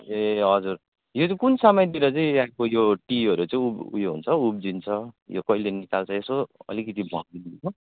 ए हजुर यो चाहिँ कुन समयतिर चाहिँ यहाँको यो टीहरू चाहिँ उयो हुन्छ उब्जिन्छ यो कहिले निकाल्छ यसो अलिकति भनिदिनु